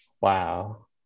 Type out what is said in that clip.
Wow